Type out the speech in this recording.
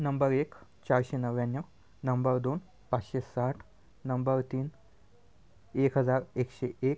number एक चारशे नव्याण्णव नंबर दोन पाचशे साठ नंबर तीन एक हजार एकशे एक